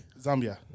Zambia